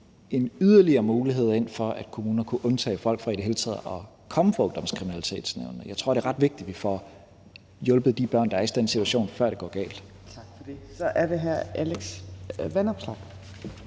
en yderligere mulighed ind for, at kommuner kunne undtage folk fra i det hele taget at komme for Ungdomskriminalitetsnævnet. Jeg tror, det er ret vigtigt, at vi får hjulpet de børn, der er i den situation, før det går galt. Kl. 14:36 Tredje næstformand